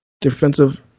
defensive